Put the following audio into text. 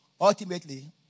Ultimately